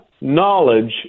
Knowledge